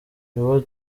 nibo